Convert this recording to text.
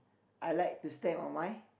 I like to stay on my